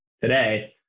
today